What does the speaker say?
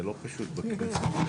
זה לא פשוט בכנסת.